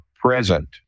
present